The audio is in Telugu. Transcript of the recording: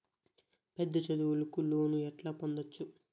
పెద్ద చదువులకు లోను ఎట్లా పొందొచ్చు